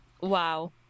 Wow